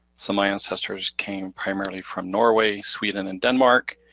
so my ancestors came primarily from norway, sweden, and denmark,